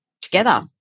together